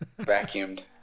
Vacuumed